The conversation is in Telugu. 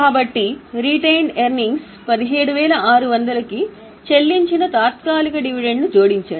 కాబట్టి నిలుపుకున్న ఆదాయాలు 17600 కి చెల్లించిన తాత్కాలిక డివిడెండ్ ను జోడించండి